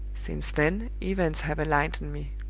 since then events have enlightened me.